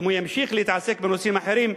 אם הוא ימשיך להתעסק בנושאים אחרים,